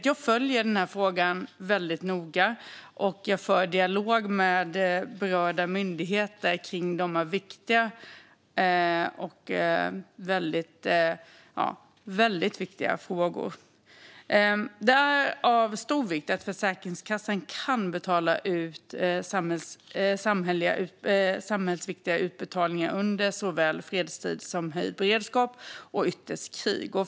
Jag följer denna fråga noga och för dialog med berörda myndigheter om dessa väldigt viktiga frågor. Det är av stor vikt att Försäkringskassan kan göra samhällsviktiga utbetalningar under såväl fredstid som höjd beredskap och ytterst krig.